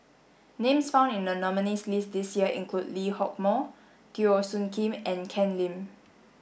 names found in the nominees' list this year include Lee Hock Moh Teo Soon Kim and Ken Lim